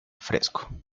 fresco